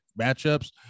matchups